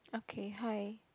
okay hi